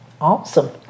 Awesome